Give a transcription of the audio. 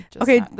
Okay